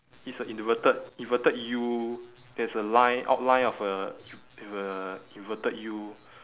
it's a inverted inverted U there is a line outline of a U with a inverted U